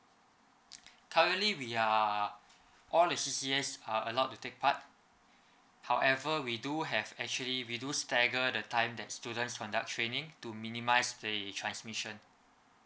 currently we are all the C_C_A are allowed to take part however we do have actually we do stagger the time that students conduct training to minimise the transmission